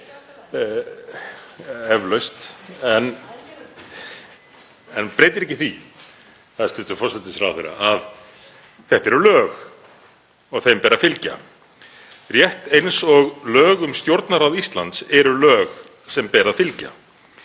Eflaust. En það breytir ekki því, hæstv. forsætisráðherra, að þetta eru lög og þeim ber að fylgja rétt eins og lög um Stjórnarráð Íslands eru lög sem ber að fylgja.